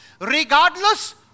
regardless